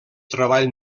treball